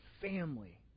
family